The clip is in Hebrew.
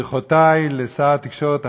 ברכותי לשר התקשורת החדש,